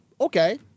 Okay